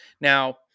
Now